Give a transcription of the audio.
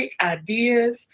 ideas